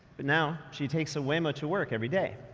but now, she takes a waymo to work every day.